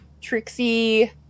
Trixie